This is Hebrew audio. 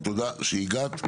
תודה שהגעת,